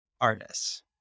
artists